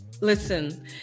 Listen